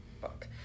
book